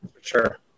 Sure